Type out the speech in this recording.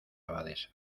abadesa